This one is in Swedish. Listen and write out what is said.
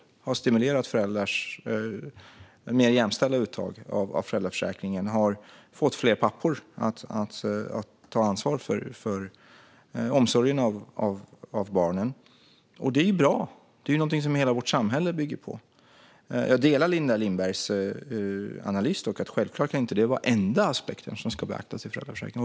Det har stimulerat till ett mer jämställt uttag av föräldraförsäkringen och fått fler pappor att ta ansvar för omsorgen av barnen, och det är bra. Det är ju någonting som hela vårt samhälle bygger på. Jag delar dock Linda Lindbergs analys att detta självklart inte ska vara den enda aspekten som ska beaktas i föräldraförsäkringen.